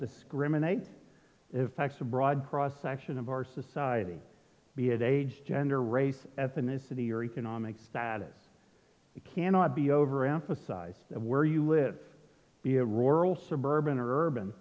discriminate effects a broad cross section of our society be it age gender race ethnicity or economic status it cannot be overemphasized that where you live be a rural suburban urban